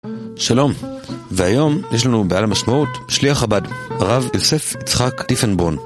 שלום, והיום יש לנו בעל המשמעות שליח חב"ד, הרב יוסף יצחק טיפנברון